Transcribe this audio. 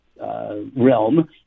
realm